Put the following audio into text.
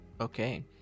Okay